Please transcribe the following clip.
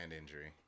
injury